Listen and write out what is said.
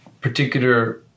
particular